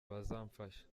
bazamfasha